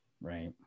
Right